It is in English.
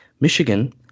Michigan